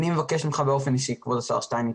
אני מבקש ממך באופן אישי כבוד השר שטייניץ,